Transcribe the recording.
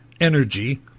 energy